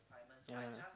yeah